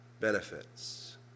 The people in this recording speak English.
benefits